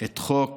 את חוק